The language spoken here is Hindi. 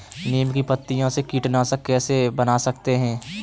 नीम की पत्तियों से कीटनाशक कैसे बना सकते हैं?